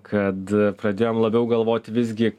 kad pradėjom labiau galvoti visgi